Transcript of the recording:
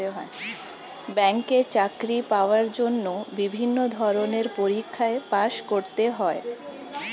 ব্যাংকে চাকরি পাওয়ার জন্য বিভিন্ন ধরনের পরীক্ষায় পাস করতে হয়